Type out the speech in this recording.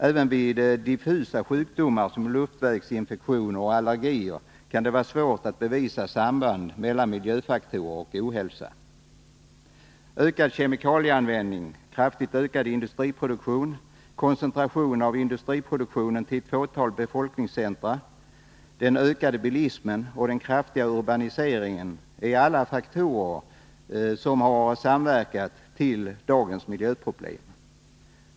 Även vid diffusa sjukdomar som luftvägsinfektioner och allergier kan det vara svårt att bevisa samband mellan miljöfaktorer och ohälsa. Ökad kemikalieanvändning, kraftigt ökad industriproduktion, koncentrationen av industriproduktionen till ett fåtal befolkningstäta centra, den ökade bilismen och den kraftiga urbaniseringen är alla faktorer som har samverkat till dagens miljöproblem.